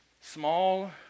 small